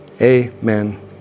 Amen